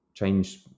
change